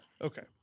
Okay